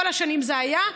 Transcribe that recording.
כל השנים זה היה.